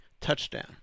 Touchdown